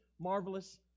marvelous